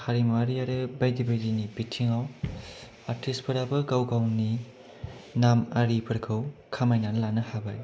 हारिमुवारि आरो बायदि बायदिनि बिथिङाव आर्टिस्टफोराबो गाव गावनि नाम आरिफोरखौ खमायनानै लानो हाबाय